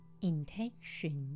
intention